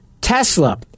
Tesla